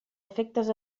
efectes